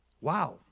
Wow